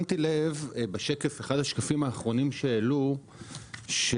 באחד השקפים האחרונים שהעלו שמתי לב לכך